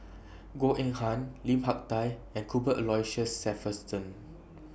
Goh Eng Han Lim Hak Tai and Cuthbert Aloysius Shepherdson